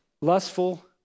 lustful